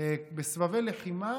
בסבבי לחימה